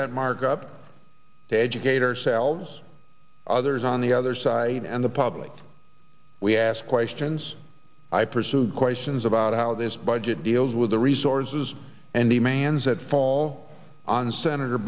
that markup to educate ourselves others on the other side and the public we ask questions i pursued questions about how this budget deals with the resources and demands that fall on senator